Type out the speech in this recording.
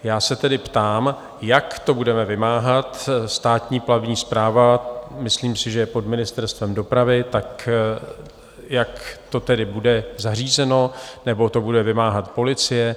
Já se tedy ptám, jak to budeme vymáhat, Státní plavební správa, myslím si, že je pod Ministerstvem dopravy, tak jak to tedy bude zařízeno, nebo to bude vymáhat policie?